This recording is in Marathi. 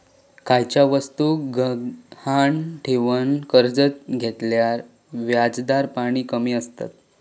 खयच्या वस्तुक गहाण ठेवन कर्ज घेतल्यार व्याजदर पण कमी आसतत